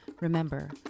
Remember